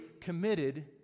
committed